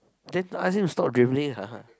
then ask him to stop dribbling ah